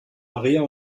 maria